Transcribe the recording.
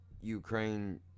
Ukraine